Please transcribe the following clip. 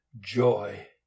joy